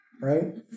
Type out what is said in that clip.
right